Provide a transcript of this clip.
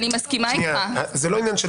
אין לנו מחלוקת במהות, אני מסכימה איתך.